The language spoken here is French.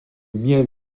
miel